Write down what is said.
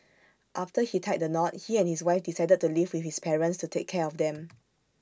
after he tied the knot he and his wife decided to live with his parents to take care of them